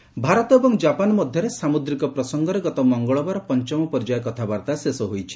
Indo Japan Bharat ଏବଂ Japan ମଧ୍ୟରେ ସାମୁଦ୍ରିକ ପ୍ରସଙ୍ଗରେ ଗତ ମଙ୍ଗଳବାର ପଞ୍ଚମ ପର୍ଯ୍ୟାୟ କଥାବାର୍ତ୍ତା ଶେଷ ହୋଇଛି